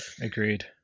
agreed